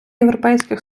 європейських